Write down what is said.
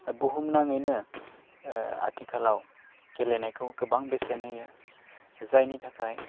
दा बुहुमनाङैनो आथिखालाव गेलेनायखौ गोबां बेसेन होयो जायनि थाखाय